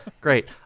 great